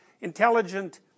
intelligent